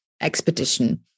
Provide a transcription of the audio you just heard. expedition